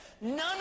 none